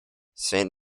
saint